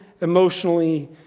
emotionally